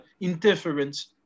interference